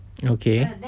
okay